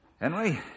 Henry